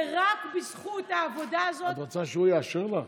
ורק בזכות העבודה הזאת, את רוצה שהוא יאשר לך?